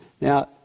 now